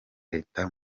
leta